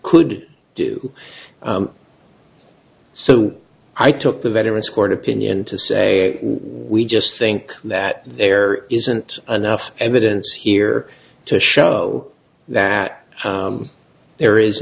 could do so i took the veterans court opinion to say we just think that there isn't enough evidence here to show that there is